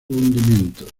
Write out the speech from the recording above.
hundimiento